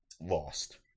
lost